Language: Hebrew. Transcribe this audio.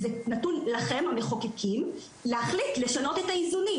זה נתון לכם, המחוקקים להחליט לשנות את האיזונים.